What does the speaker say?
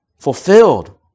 fulfilled